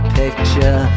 picture